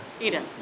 Eden